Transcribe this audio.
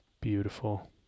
Beautiful